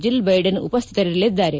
Jill Biden ಉಪಸ್ಟಿತರಿರಲಿದ್ದಾರೆ